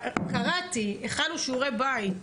קראתי, הכנו שיעורי בית.